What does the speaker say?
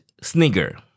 snigger